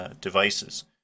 devices